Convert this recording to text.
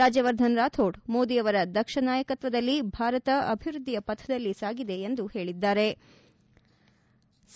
ರಾಜ್ಯವರ್ಧನ್ ರಾಫೋಡ್ ಮೋದಿಯವರ ದಕ್ಷ ನಾಯಕತ್ವದಲ್ಲಿ ಭಾರತ ಅಭಿವೃದ್ದಿಯ ಪಥದಲ್ಲಿ ಸಾಗಿದೆ ಎಂದು ಹೇಳದ್ದಾರೆ